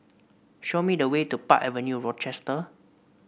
show me the way to Park Avenue Rochester